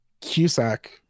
Cusack